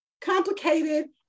complicated